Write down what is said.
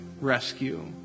rescue